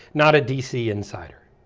not a d c. insider.